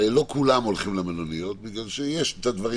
לא כולם הולכים למלוניות בגלל שיש את הדברים